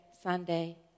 Sunday